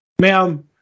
ma'am